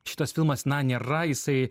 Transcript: šitas filmas na nėra jisai